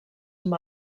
amb